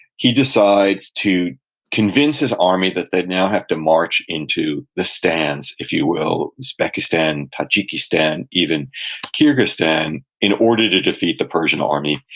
he decides to convince his army that they now have to march into the stans, if you will uzbekistan, tajikistan, even kyrgyzstan in order to defeat the persian army,